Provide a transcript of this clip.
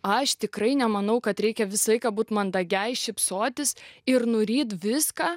aš tikrai nemanau kad reikia visą laiką būt mandagiai šypsotis ir nuryti viską